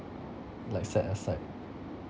like set aside